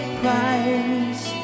price